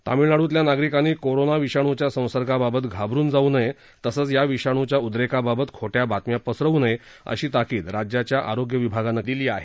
तामिळनाडूतल्या नागरिकांनी कोरोना विषाणूच्या संसर्गा बाबत घाबरून जाऊ नये तसच या विषाणूच्या उद्रेकाबाबत खोट्या बातम्या पसरवू नये अशी ताकीद राज्याच्या आरोग्य विभागानं दिली आहे